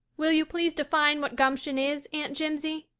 will you please define what gumption is, aunt jimsie?